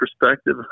perspective